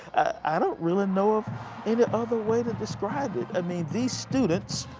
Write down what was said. i don't really know of any other way to describe it. i mean, these students,